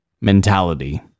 mentality